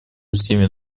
всеми